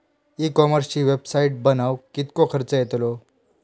E कॉमर्सची website बनवक किततो खर्च येतलो?